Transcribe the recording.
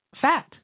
fat